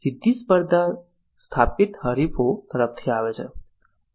સીધી સ્પર્ધા સ્થાપિત હરીફો તરફથી આવે છે